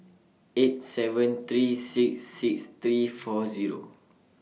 eight seven three six six three four Zero